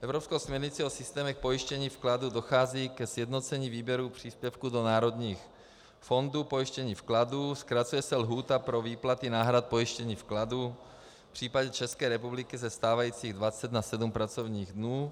Evropskou směrnicí o systémech pojištění vkladů dochází ke sjednocení výběrů příspěvků do národních fondů pojištění vkladů, zkracuje se lhůta pro výplaty náhrad pojištění vkladů v případě České republiky ze stávajících 20 na sedm pracovních dnů.